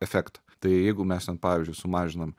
efektą tai jeigu mes ten pavyzdžiui sumažinam